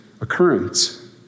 occurrence